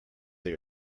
they